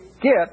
get